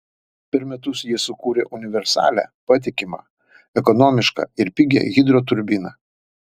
per metus jie sukūrė universalią patikimą ekonomišką ir pigią hidroturbiną